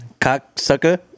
cocksucker